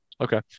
Okay